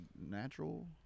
natural